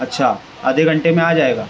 اچھا آدھے گھنٹے میں آجائے گا